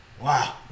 wow